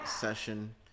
session